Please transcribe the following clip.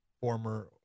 former